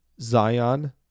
Zion